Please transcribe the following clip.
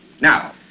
Now